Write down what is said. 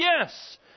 Yes